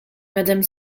madam